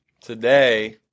Today